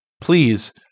please